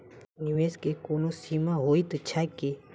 निवेश केँ कोनो सीमा होइत छैक की?